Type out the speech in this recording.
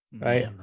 Right